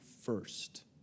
first